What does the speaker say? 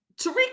Tariq